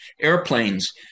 airplanes